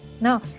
No